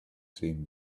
same